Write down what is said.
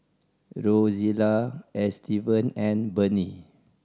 Rozella Estevan and Bennie